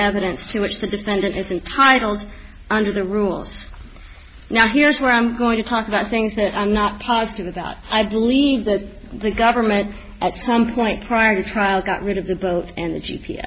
evidence to which the defendant is entitled under the rules now here's where i'm going to talk about things that i'm not positive that i believe that the government at some point prior to trial got rid of the boat and the g